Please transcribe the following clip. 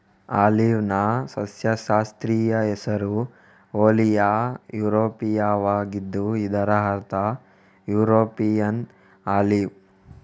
ಆಲಿವ್ನ ಸಸ್ಯಶಾಸ್ತ್ರೀಯ ಹೆಸರು ಓಲಿಯಾ ಯುರೋಪಿಯಾವಾಗಿದ್ದು ಇದರ ಅರ್ಥ ಯುರೋಪಿಯನ್ ಆಲಿವ್